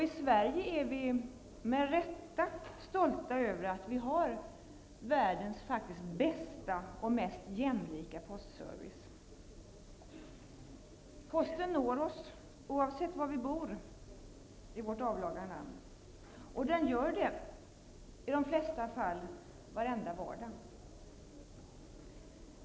I Sverige är vi med rätta stolta över att vi har världens bästa och mest jämlika postservice. Posten når oss oavsett var vi bor i vårt avlånga land. Den gör det i de flesta fall varenda vardag.